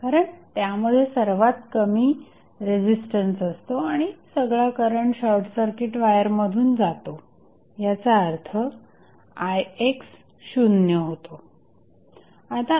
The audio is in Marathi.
कारण त्यामध्ये सर्वात कमी रेझिस्टन्स असतो आणि सगळा करंट शॉर्टसर्किट वायर मधून जातो ह्याचा अर्थ ix शून्य होतो